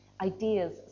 ideas